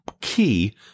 key